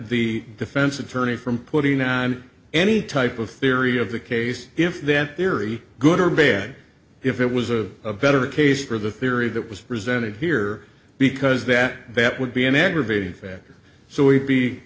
the defense attorney from putting i'm any type of theory of the case if that theory good or bad if it was a better case for the theory that was presented here because that that would be an aggravating factor so we'd be